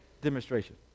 Demonstration